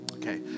Okay